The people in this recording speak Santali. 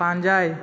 ᱯᱟᱸᱡᱟᱭ